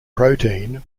protein